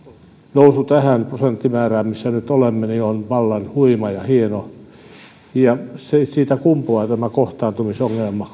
nousu tähän prosenttimäärään missä nyt olemme on vallan huima ja hieno ja siitä kumpuaa tämä kohtaantumisongelma